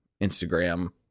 Instagram